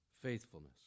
faithfulness